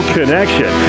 Connection